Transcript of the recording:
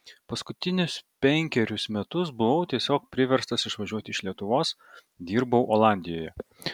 paskutinius penkerius metus buvau tiesiog priverstas išvažiuoti iš lietuvos dirbau olandijoje